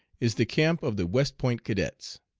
is the camp of the west point cadets.